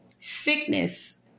sickness